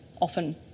often